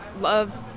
love